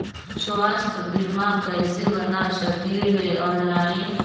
स्वास्थ्य बीमा कैसे बना सकली हे ऑनलाइन?